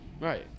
Right